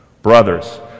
Brothers